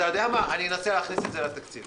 אתה יודע מה, אנסה להכניס את זה לתקציב